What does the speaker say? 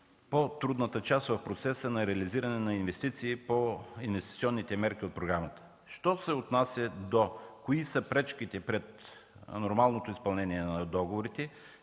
по-трудната част в процеса на реализиране на инвестиции по инвестиционните мерки от програмата. Що се отнася до това – кои са пречките пред нормалното изпълнение на договорите